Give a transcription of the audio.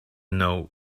know